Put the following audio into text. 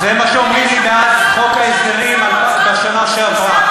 זה מה שאומרים לי מאז חוק ההסדרים בשנה שעברה.